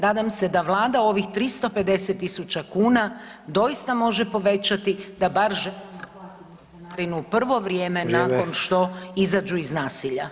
Nadam se da Vlada ovih 350 kuna doista može povećati da bar ženama ... [[Govornik naknadno uključen.]] prvo vrijeme [[Upadica: Vrijeme.]] nakon što izađu iz nasilja.